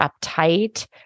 uptight